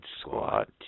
Squad